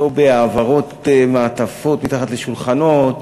לא בהעברות מעטפות מתחת לשולחנות,